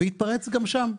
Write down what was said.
והתפרץ גם שם.